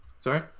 Sorry